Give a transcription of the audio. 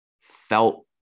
felt